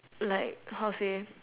like how to say